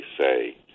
say